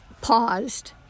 paused